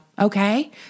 Okay